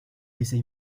essaye